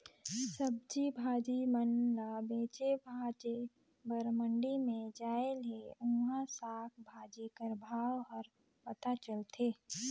सब्जी भाजी मन ल बेचे भांजे बर मंडी में जाए ले उहां साग भाजी कर भाव हर पता चलथे